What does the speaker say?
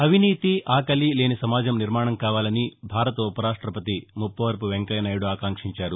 అవినీతి ఆకలి లేని సమాజం నిర్మాణం కావాలని భారత ఉప రాష్టపతి ముప్పవరపు వెంకయ్యనాయుడు ఆకాంక్షించారు